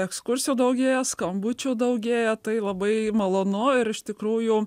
ekskursijų daugėja skambučių daugėja tai labai malonu ir iš tikrųjų